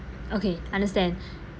okay understand